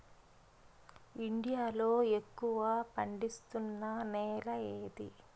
India లో ఎక్కువ పండిస్తున్నా నేల ఏది?